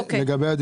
לגבי מה